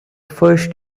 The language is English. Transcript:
first